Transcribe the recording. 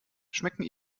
schmecken